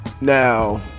Now